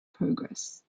progress